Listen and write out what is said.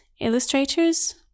illustrators